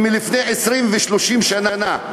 מלפני 20 ו-30 שנה.